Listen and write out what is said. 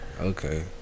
Okay